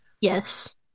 Yes